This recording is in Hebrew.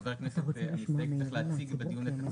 באופן כללי חבר הכנסת המסתייג צריך להציג את הצעתו,